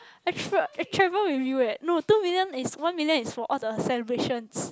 I tra~ I travel with you eh no two million is one million is for all the celebrations